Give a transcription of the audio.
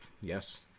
yes